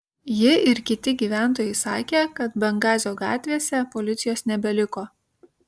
ji ir kiti gyventojai sakė kad bengazio gatvėse policijos nebeliko